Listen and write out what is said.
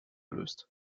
löst